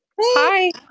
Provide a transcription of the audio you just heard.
hi